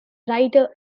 writer